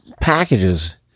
packages